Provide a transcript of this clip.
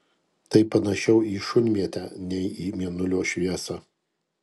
tai panašiau į šunmėtę nei į mėnulio šviesą